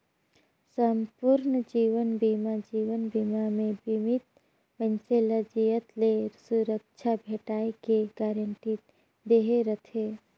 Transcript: संपूर्न जीवन बीमा जीवन बीमा मे बीमित मइनसे ल जियत ले सुरक्छा भेंटाय के गारंटी दहे रथे